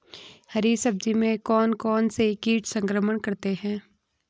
हरी सब्जी में कौन कौन से कीट संक्रमण करते हैं?